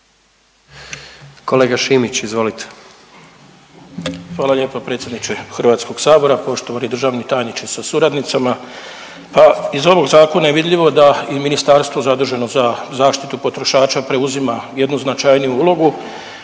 **Šimić, Hrvoje (HDZ)** Hvala lijepa predsjedniče HS, poštovani državni tajniče sa suradnicama. Pa iz ovog zakona je vidljivo da i Ministarstvo zaduženo za zaštitu potrošača preuzima jednu značajniju ulogu,